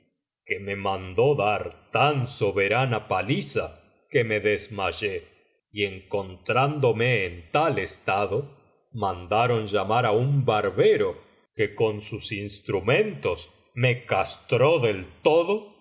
que me mandó dar tan soberana paliza que me desmayé y encontrándome en tal estado mandaron llamar á un barbero que con sus instrumentos me castró